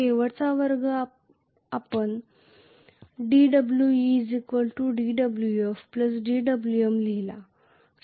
शेवटच्या वर्गात आपण पाहिले dWe dWf dWm